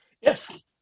Yes